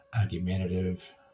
argumentative